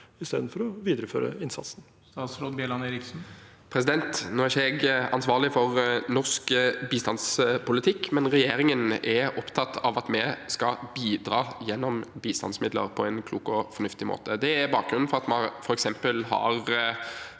istedenfor å videreføre innsatsen? Statsråd Andreas Bjelland Eriksen Nå er ikke jeg ansvarlig for norsk bistandspolitikk, men regjeringen er opptatt av at vi skal bidra gjennom bistandsmidler på en klok og fornuftig måte. Det er bakgrunnen for at vi f.eks. har